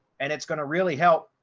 and it's going to really help.